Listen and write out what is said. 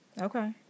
Okay